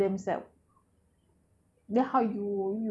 their child then they kill themselves